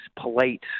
polite